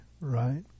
right